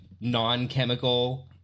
non-chemical